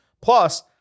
Plus